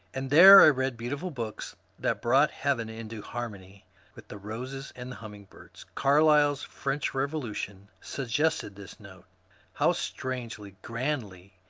and there i read beautiful books that brought heaven into harmony with the roses and humming. birds. carlyle's french revolution suggested this note how strangely, grandly,